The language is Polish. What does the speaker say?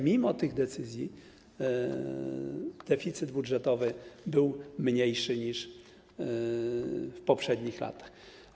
Mimo tych decyzji deficyt budżetowy był mniejszy niż w poprzednich latach.